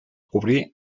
cobrir